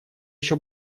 еще